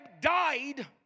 died